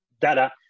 data